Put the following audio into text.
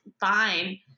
fine